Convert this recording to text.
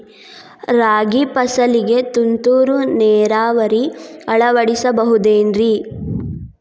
ರಾಗಿ ಫಸಲಿಗೆ ತುಂತುರು ನೇರಾವರಿ ಅಳವಡಿಸಬಹುದೇನ್ರಿ?